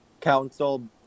council